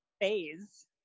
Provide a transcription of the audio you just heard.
phase